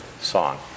song